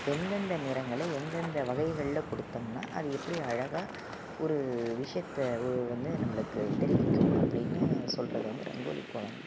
எந்தெந்த நிறங்களை எந்தெந்த வகைகளில் கொடுத்தோம்னா அது எப்படி அழகாக ஒரு விஷயத்தை வந்து நம்மளுக்கு தெரிவிக்கும் அப்படின்னு சொல்வது வந்து ரங்கோலி கோலங்கள்